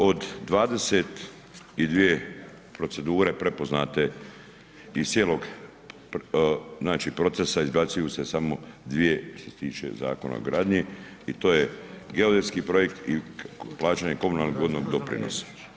Od 22 procedure prepoznate iz cijelog, znači, procesa izbacuju se samo 2 što se tiče Zakona o gradnji i to je geodetski projekt i plaćanje komunalnog vodnog doprinosa.